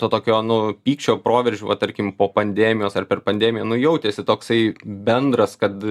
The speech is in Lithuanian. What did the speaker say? to tokio nu pykčio proveržių va tarkim po pandemijos ar per pandemiją nu jautėsi toksai bendras kad